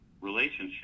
relationship